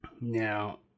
now